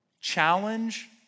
challenge